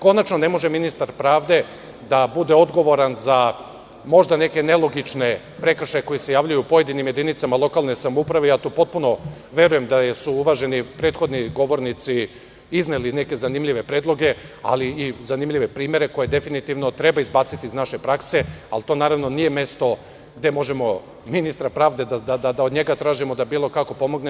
Konačno, ne može ministar pravde da bude odgovoran za možda neke nelogične prekršaje koji se javljaju u pojedinim jedinicama lokalne samouprave. potpuno verujem da su uvaženi prethodni govornici izneli neke zanimljive predloge, ali i zanimljive primere koje definitivno treba izbaciti iz naše prakse, ali to naravno nije mesto gde možemo od ministra pravde da tražimo da bilo kako pomogne.